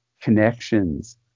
connections